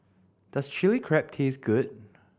does Chilli Crab taste good